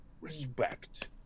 Respect